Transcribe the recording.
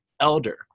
Elder